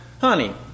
honey